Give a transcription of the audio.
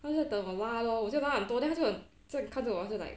他就等我拉 lor 我拉很多 then 他就这样看住我 like